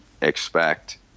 expect